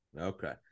Okay